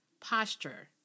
posture